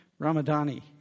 Ramadani